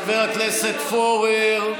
חבר הכנסת פורר,